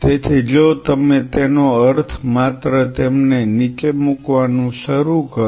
તેથી જો તમે તેનો અર્થ માત્ર તેમને નીચે મૂકવાનું શરૂ કરો